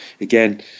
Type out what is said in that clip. again